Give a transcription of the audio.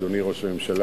אדוני ראש הממשלה,